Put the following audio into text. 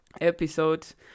episodes